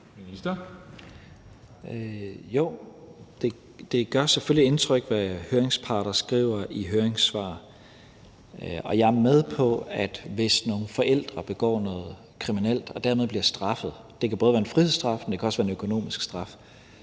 Tesfaye): Jo, det gør selvfølgelig indtryk, hvad høringsparter skriver i høringssvar. Og jeg er med på, at hvis nogle forældre begår noget kriminelt og dermed bliver straffet – det kan både være en frihedsstraf, men det kan også være en økonomisk straf